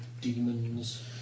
Demons